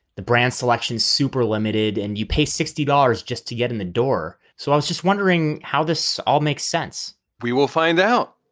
the brand selection is super limited and you pay sixty dollars just to get in the door. so i'm just wondering how this all makes sense we will find out.